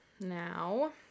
Now